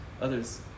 others